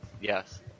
yes